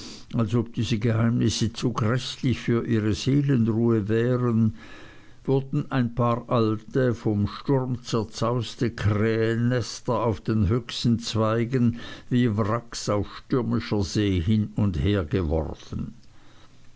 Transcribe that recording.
als ob diese geheimnisse zu gräßlich für ihre seelenruhe wären wurden ein paar alte vom sturm zerzauste krähennester auf den höchsten zweigen wie wracks auf stürmischer see hin und hergeworfen